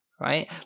right